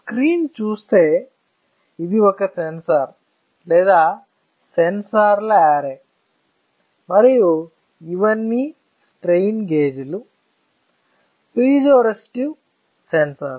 screen చూస్తే ఇది ఒక సెన్సార్ లేదా సెన్సార్ల యారే మరియు ఇవన్నీ స్ట్రెయిన్ గేజ్లు పీజోరెసిస్టివ్ సెన్సార్